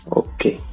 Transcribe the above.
okay